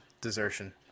desertion